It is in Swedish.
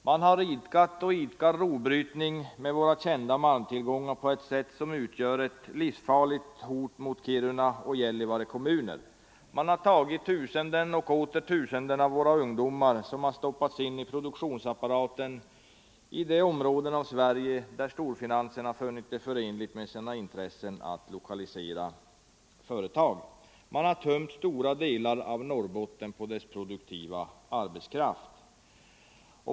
Man har idkat och idkar fortfarande rovbrytning av våra kända malmtillgångar på ett sätt som utgör ett livsfarligt hot mot Kiruna och Gällivare kommuner. Man har tagit tusenden och åter tusenden av våra ungdomar som har stoppats in i produktionsapparaten i de områden av Sverige där storfinansen funnit det förenligt med sina intressen att lokalisera företag. Man har tömt stora delar av Norrbotten på dess produktiva arbetskraft.